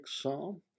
Psalm